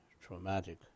traumatic